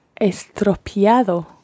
estropeado